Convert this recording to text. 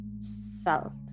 south